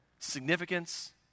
Significance